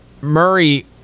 Murray